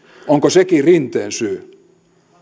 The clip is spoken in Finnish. onko sekin rinteen syy